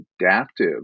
adaptive